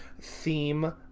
theme